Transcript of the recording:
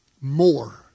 more